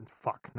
Fuck